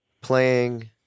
Playing